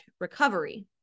recovery